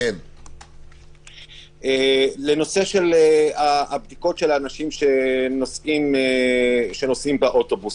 לנושא הבדיקות של האנשים שנוסעים באוטובוס.